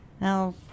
Now